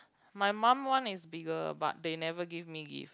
my mum one is bigger but they never give me gift